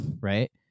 Right